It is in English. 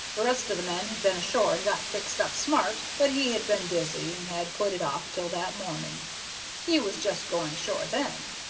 the rest of the men had been ashore and got fixed up smart, but he had been busy, and had put it off till that morning he was just going ashore then.